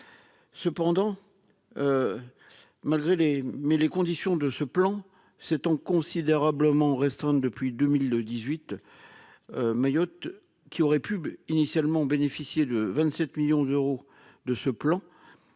cependant malgré les mais les conditions de ce plan s'étant considérablement restreinte depuis 2002 18 Mayotte qui aurait pu initialement bénéficié de 27 millions d'euros de ce plan,